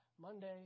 Monday